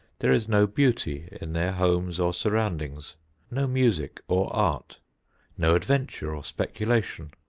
there is no beauty in their homes or surroundings no music or art no adventure or speculation.